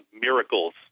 miracles